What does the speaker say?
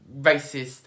racist